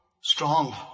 strong